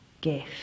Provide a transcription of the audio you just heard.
gift